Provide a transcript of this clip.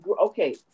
okay